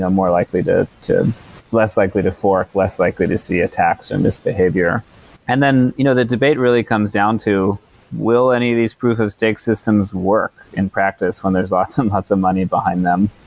more likely to to less likely to fork, less likely to see attacks and misbehavior and then you know the debate really comes down to will any of these proof of stake systems work in practice when there's lots and lots of money behind them?